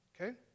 okay